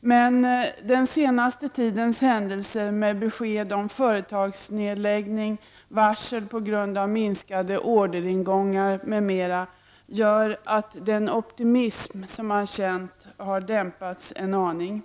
men den senaste tidens händelser med besked om företagsnedläggningar, varsel på grund av minskade orderingångar m.m. gör att den optimism som man känt har dämpats en aning.